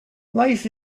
life